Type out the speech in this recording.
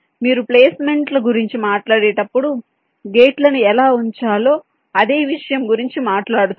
మీరు ప్లేస్మెంట్ల గురించి మాట్లాడేటప్పుడు గేట్లను ఎలా ఉంచాలో అదే విషయం గురించి మాట్లాడుతున్నారు